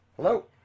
Hello